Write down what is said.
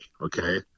Okay